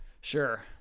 sure